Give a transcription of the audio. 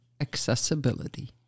accessibility